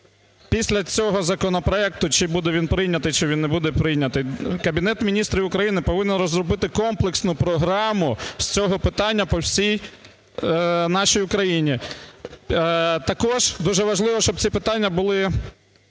після цього законопроекту, чи буде він прийнятий, чи він не буде прийнятий, Кабінет Міністрів України повинен розробити комплексну програму з цього питання по всій нашій Україні. Також дуже важливо, щоб ці питання були